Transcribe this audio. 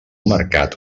mercat